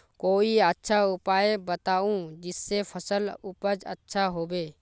कोई अच्छा उपाय बताऊं जिससे फसल उपज अच्छा होबे